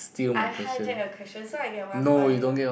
I hijack your question so I get one point